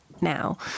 now